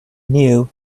new